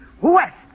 West